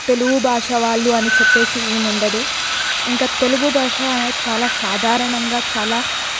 తెలుగు భాష వాళ్ళు అని చెప్పేసి ఏమీ ఉండదు ఇంకా తెలుగు భాష చాలా సాధారణంగా చాలా